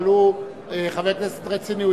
אבל הוא חבר כנסת רציני.